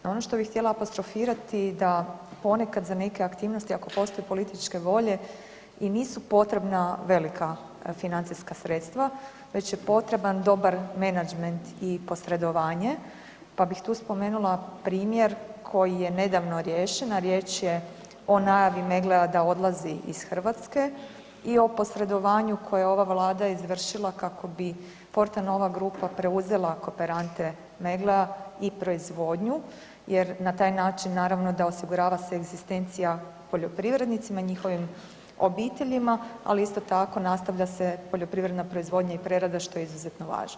No ono što bi htjela apostrofirati da ponekad za neke aktivnosti ako postoji političke volje, i nisu potrebna velika financijska sredstva već je potreban dobar menadžment i posredovanje pa bi tu spomenula primjer koji je nedavno riješen a riječ o najavi Megglea da odlazi iz Hrvatske i o posredovanju koje je ova Vlada izvršila kako bi Fortanova grupa preuzela kooperante Megglea i proizvodnju jer na taj način naravno da osigurava se egzistencija poljoprivrednicima i njihovim obiteljima ali isto tako i nastavlja se poljoprivredna proizvodnja i prerada što je izuzetno važno.